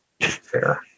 Fair